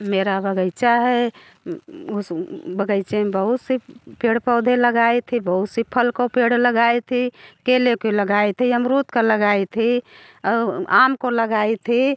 मेरा बग़ीचा है उस बग़ीचे में बहुत से पेड़ पौधे लगाए थे बहुत से फल के पेड़ लगाए थे केले काे लगाए थे अमरूद का लगाए थे और आम के लगाए थे